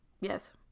Yes